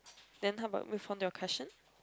then how about read from your question